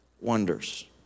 wonders